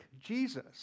Jesus